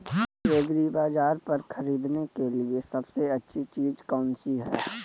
एग्रीबाज़ार पर खरीदने के लिए सबसे अच्छी चीज़ कौनसी है?